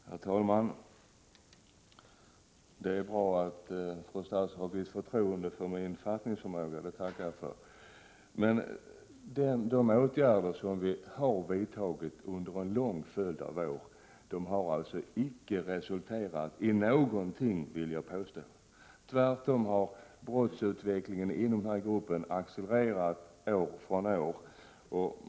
Herr talman! Det är bra att fru statsrådet hyser förtroende för min fattningsförmåga — det tackar jag för. De åtgärder som vi har vidtagit tidigare har alltså inte resulterat i någonting, vill jag påstå. Tvärtom har brottsutvecklingen inom denna grupp accelererat år från år.